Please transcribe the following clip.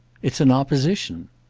it's an opposition.